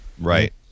Right